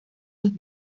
los